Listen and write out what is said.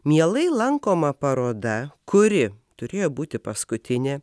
mielai lankoma paroda kuri turėjo būti paskutinė